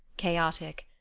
chaotic,